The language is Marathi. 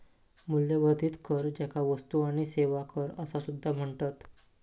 मूल्यवर्धित कर, ज्याका वस्तू आणि सेवा कर असा सुद्धा म्हणतत